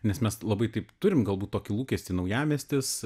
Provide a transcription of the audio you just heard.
nes mes labai taip turim galbūt tokį lūkestį naujamiestis